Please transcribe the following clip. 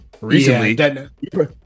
recently